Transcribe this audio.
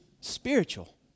spiritual